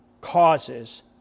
causes